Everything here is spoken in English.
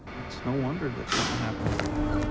it's no wonder that something happened like that,